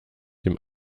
dem